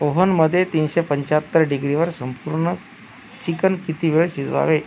ओहनमध्ये तीनशे पंच्याहत्तर डिग्रीवर संपूर्ण चिकन किती वेळ शिजवावे